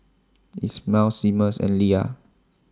IT Ismael Seamus and Lia